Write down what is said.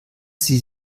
sie